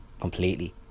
Completely